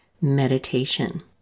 meditation